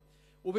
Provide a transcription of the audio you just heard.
הסביבה,